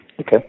Okay